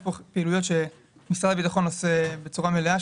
יש פה פעילויות שמשרד הביטחון עושה בצורה מלאה,